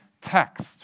text